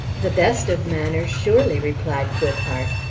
the best of manners, surely, replied goodhart.